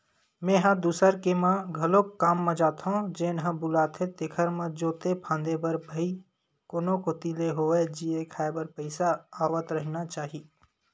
मेंहा दूसर के म घलोक काम म जाथो जेन ह बुलाथे तेखर म जोते फांदे बर भई कोनो कोती ले होवय जीए खांए बर पइसा आवत रहिना चाही